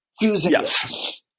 Yes